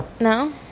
no